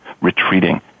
retreating